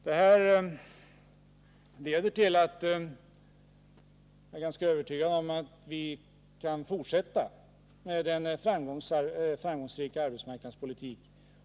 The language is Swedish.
Den väg vi gått in på leder till — det är jag ganska övertygad om — att vi kan fortsätta med den framgångsrika arbetsmarknadspolitiken.